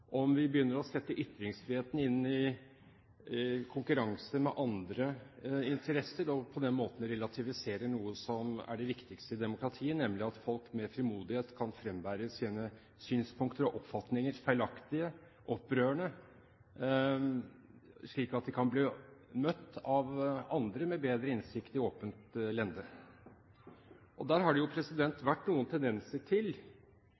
om vi begynner å sette ytringsfriheten i konkurranse med andre interesser, og på den måten relativiserer noe som er det viktigste i demokratiet, nemlig at folk med frimodighet kan frembære sine synspunkter og oppfatninger – feilaktige, opprørende – slik at de kan bli møtt av andre med bedre innsikt, i åpent lende. Det har vært noen tendenser til